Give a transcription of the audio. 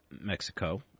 mexico